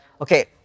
okay